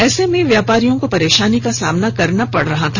ऐसे में व्यापारियों को परेशानी का सामना करना पड़ रहा था